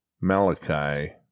Malachi